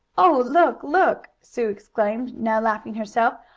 oh, look! look! sue exclaimed, now laughing herself.